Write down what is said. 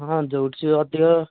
ହଁ ଯେଉଁଠି ଟିକିଏ ଅଧିକ